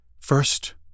first